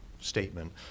statement